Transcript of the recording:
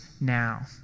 now